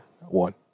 One